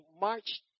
March